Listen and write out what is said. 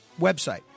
website